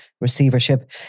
receivership